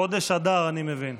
חודש אדר, אני מבין.